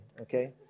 okay